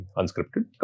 unscripted